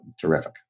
terrific